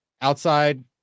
outside